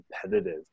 competitive